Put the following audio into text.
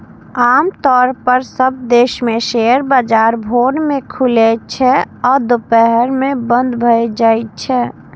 आम तौर पर सब देश मे शेयर बाजार भोर मे खुलै छै आ दुपहर मे बंद भए जाइ छै